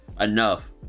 enough